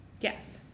Yes